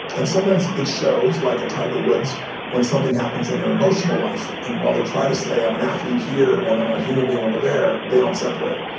and sometimes it shows like a tiger woods when something happens in their emotional life. and while they try to say, i'm an athlete here, and i'm a human being over there they don't separate.